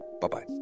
Bye-bye